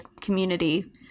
community